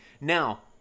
now